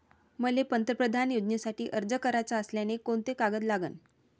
मले पंतप्रधान योजनेसाठी अर्ज कराचा असल्याने कोंते कागद लागन?